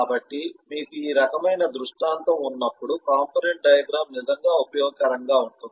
కాబట్టి మీకు ఈ రకమైన దృష్టాంతం వున్నప్పుడు కంపోనెంట్ డయాగ్రమ్ నిజంగా ఉపయోగకరంగా ఉంటుంది